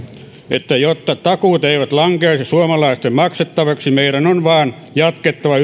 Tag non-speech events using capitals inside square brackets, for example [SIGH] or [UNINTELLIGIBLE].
että jotta takuut eivät lankeaisi suomalaisten maksettavaksi meidän on vain jatkettava [UNINTELLIGIBLE]